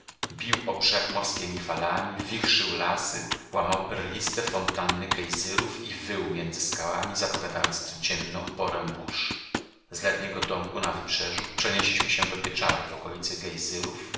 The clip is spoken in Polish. bił o brzeg morskiemi falami wichrzył lasy łamał perliste fontanny gejzyrów i wył między skałami zapowiadając codzienną porę burz z letniego domku na wybrzeżu przenieśliśmy się do pieczary w okolicy